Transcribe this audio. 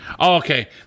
Okay